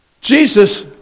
Jesus